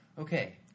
okay